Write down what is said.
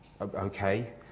Okay